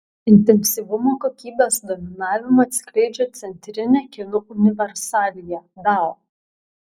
intensyvumo kokybės dominavimą atskleidžia centrinė kinų universalija dao